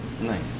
Nice